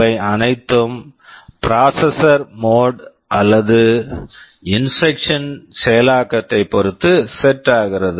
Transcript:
இவை அனைத்தும் processors processor mode mode அல்லது இன்ஸ்ட்ரக்க்ஷன் instruction செயலாக்கத்தைப் பொறுத்து செட் set ஆகிறது